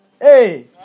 Hey